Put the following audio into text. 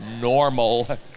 normal